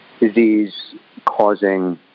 disease-causing